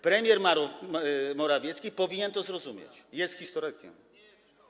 Premier Morawiecki powinien to zrozumieć, jest historykiem.